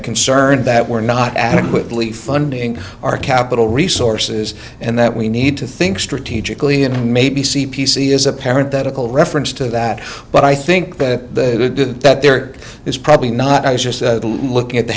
a concern that we're not adequately funding our capital resources and that we need to think strategically and maybe c p c is apparent that a coal reference to that but i think that that there is probably not i was just looking at the